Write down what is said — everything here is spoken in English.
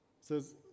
says